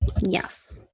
Yes